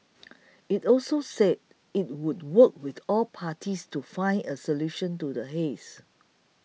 it also said it would work with all parties to find a solution to the haze